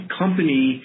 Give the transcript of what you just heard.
company